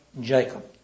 Jacob